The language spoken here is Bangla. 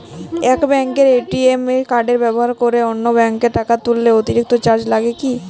এক ব্যাঙ্কের এ.টি.এম কার্ড ব্যবহার করে অন্য ব্যঙ্কে টাকা তুললে অতিরিক্ত চার্জ লাগে কি?